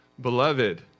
Beloved